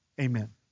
Amen